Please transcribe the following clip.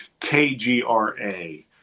KGRA